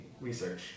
research